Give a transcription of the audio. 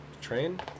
Train